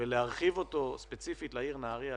ולהרחיב אותו ספציפית לעיר נהריה.